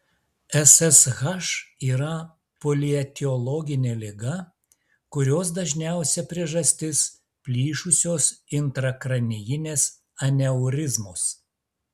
ssh yra polietiologinė liga kurios dažniausia priežastis plyšusios intrakranijinės aneurizmos